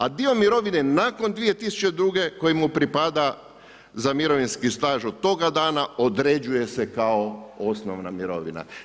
A dio mirovine nakon 2002. koji mu pripada za mirovinski staž od toga dana određuje se kao osnovna mirovina.